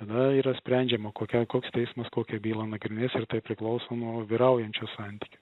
na yra sprendžiama kokia koks teismas kokią bylą nagrinės ir tai priklauso nuo vyraujančių santykių